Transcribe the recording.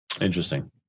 Interesting